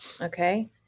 Okay